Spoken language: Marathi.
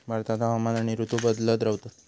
भारतात हवामान आणि ऋतू बदलत रव्हतत